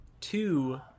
Two